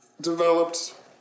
developed